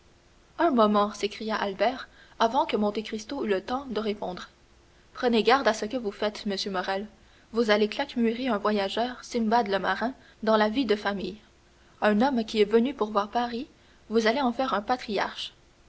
un moment s'écria albert avant que monte cristo eût eu le temps de répondre prenez garde à ce que vous faites monsieur morrel vous allez claquemurer un voyageur simbad le marin dans la vie de famille un homme qui est venu pour voir paris vous allez en faire un patriarche